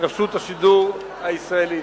רשות השידור הישראלית.